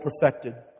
perfected